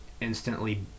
instantly